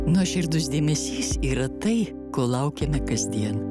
nuoširdus dėmesys yra tai ko laukiame kasdien